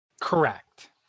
Correct